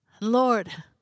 Lord